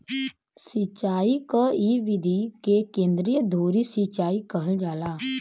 सिंचाई क इ विधि के केंद्रीय धूरी सिंचाई कहल जाला